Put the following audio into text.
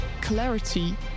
clarity